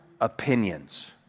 opinions